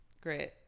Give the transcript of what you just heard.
great